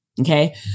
Okay